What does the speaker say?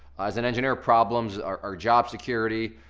as an engineer problems are job security,